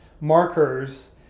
markers